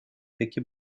peki